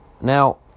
Now